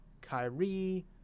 Kyrie